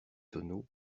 tonneaux